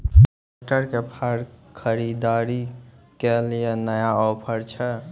Tractor के फार खरीदारी के लिए नया ऑफर छ?